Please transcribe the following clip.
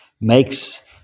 makes